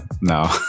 no